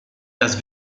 las